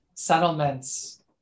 settlements